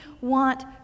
want